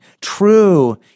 true